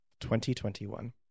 2021